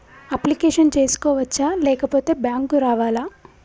Application చేసుకోవచ్చా లేకపోతే bank రావాలా?